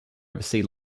oversee